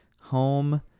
home